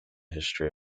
history